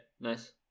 nice